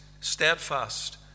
steadfast